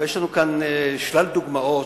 אבל יש לנו כאן שלל דוגמאות,